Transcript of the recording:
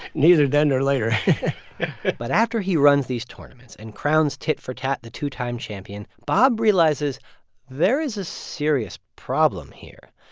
neither then, nor later but after he runs these tournaments and crowns tit for tat the two-time champion, bob realizes there is a serious problem here.